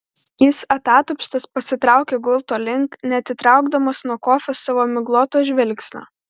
jis atatupstas pasitraukė gulto link neatitraukdamas nuo kofio savo migloto žvilgsnio